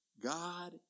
God